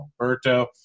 Alberto